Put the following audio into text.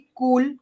cool